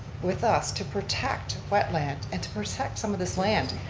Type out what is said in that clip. with us to protect wetland and to protect some of this land.